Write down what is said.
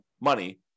money